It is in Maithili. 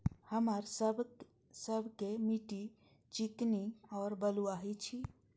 हमर सबक मिट्टी चिकनी और बलुयाही छी?